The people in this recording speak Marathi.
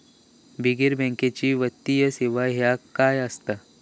बिगर बँकेची वित्तीय सेवा ह्या काय असा?